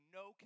no